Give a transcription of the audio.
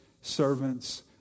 servants